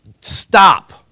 stop